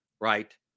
right